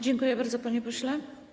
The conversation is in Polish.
Dziękuję bardzo, panie pośle.